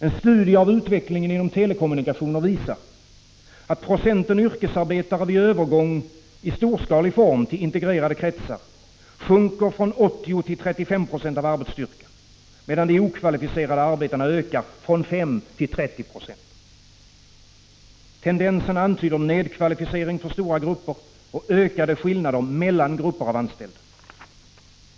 En studie av utvecklingen inom telekommunikationer visar att andelen yrkesarbetare vid övergång i storskalig form till integrerade kretsar sjunker från 80 till 35 9c av arbetsstyrkan, medan de okvalificerade arbetena ökar från 5 till 30 90. Tendensen antyder nedkvalificering för stora grupper och ökade skillnader mellan grupper av anställda.